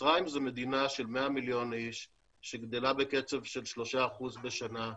מצרים זו מדינה של 100 מיליון איש שגדלה בקצב של 3% בשנה,